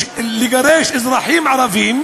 לגרש אזרחים ערבים,